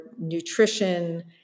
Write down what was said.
nutrition